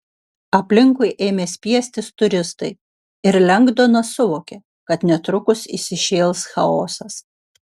aplinkui ėmė spiestis turistai ir lengdonas suvokė kad netrukus įsišėls chaosas